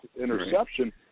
interception